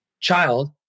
child